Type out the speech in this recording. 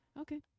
Okay